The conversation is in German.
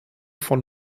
von